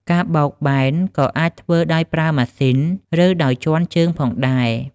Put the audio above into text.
ការបោកបែនក៏អាចធ្វើដោយប្រើម៉ាស៊ីន ឬដោយជាន់ជើងផងដែរ។